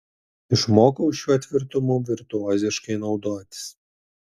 išmokau šiuo tvirtumu virtuoziškai naudotis